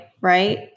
right